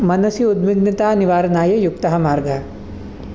मनसि उद्विग्नतानिवारनाय युक्तः मार्गः